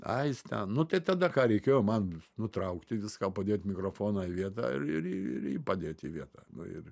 ai is ten nu tai tada ką reikėjo man nutraukti viską padėt mikrofoną į vietą ir ir ir jį padėt į vietą ir